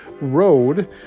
Road